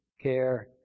care